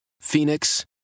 Phoenix